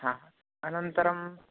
हा अनन्तरम्